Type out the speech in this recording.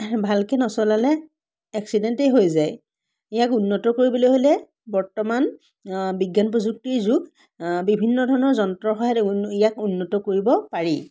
ভালকৈ নচলালে এক্সিডেণ্টেই হৈ যায় ইয়াক উন্নত কৰিবলৈ হ'লে বৰ্তমান বিজ্ঞান প্ৰযুক্তিৰ যুগ বিভিন্ন ধৰণৰ যন্ত্ৰৰ সহায়ত উন্ন ইয়াক উন্নত কৰিব পাৰি